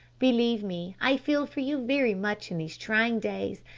believe me, i feel for you very much in these trying days.